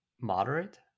moderate